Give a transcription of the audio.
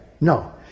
No